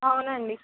అవునండి